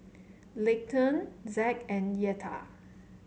Leighton Zack and Yetta